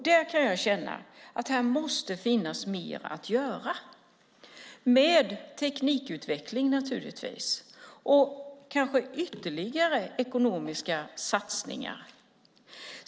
Där kan jag känna att det måste finnas mer att göra, naturligtvis med teknikutveckling och kanske med ytterligare ekonomiska satsningar.